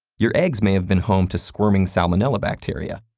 your eggs may have been home to squirming salmonella bacteria.